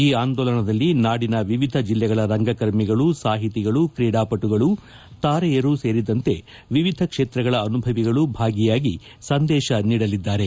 ಈ ಆಂದೋಲನದಲ್ಲಿ ನಾಡಿನ ವಿವಿಧ ಜಿಲ್ಲೆಗಳ ರಂಗಕರ್ಮಿಗಳು ಸಾಹಿತಿಗಳು ಕ್ರೀಡಾಪಟುಗಳು ತಾರೆಯರು ಸೇರಿದಂತೆ ವಿವಿಧ ಕ್ಷೇತ್ರಗಳ ಅನುಭವಿಗಳು ಭಾಗಿಯಾಗಿ ಸಂದೇಶ ನೀಡಲಿದ್ದಾರೆ